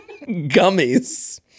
gummies